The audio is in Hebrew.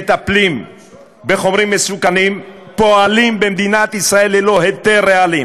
מהמטפלים בחומרים מסוכנים פועלים במדינת ישראל ללא היתר רעלים,